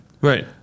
Right